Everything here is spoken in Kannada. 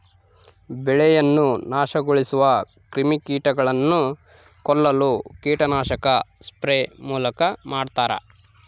ಬೆಳೆಯನ್ನು ನಾಶಗೊಳಿಸುವ ಕ್ರಿಮಿಕೀಟಗಳನ್ನು ಕೊಲ್ಲಲು ಕೀಟನಾಶಕ ಸ್ಪ್ರೇ ಮೂಲಕ ಮಾಡ್ತಾರ